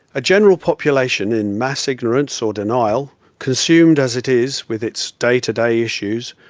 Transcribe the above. a general population in mass ignorance or denial, consumed as it is with its day to day issues,